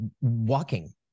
walking